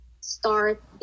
start